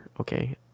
okay